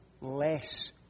less